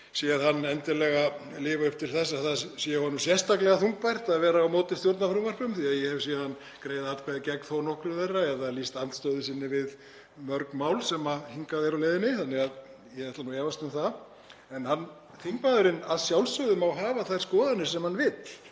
séð hann endilega standa undir því að það sé honum sérstaklega þungbært að vera á móti stjórnarfrumvörpum því að ég hef séð hann greiða atkvæði gegn þó nokkrum þeirra eða lýsa andstöðu sinni við mörg mál sem hingað eru á leiðinni, þannig að ég ætla nú að efast um það. En þingmaðurinn má að sjálfsögðu hafa þær skoðanir sem hann vill